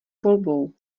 volbou